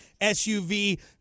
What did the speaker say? SUV